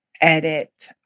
edit